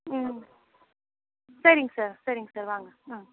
ம் சரிங்க சார் சரிங்க சார் வாங்க ஆ